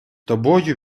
тобою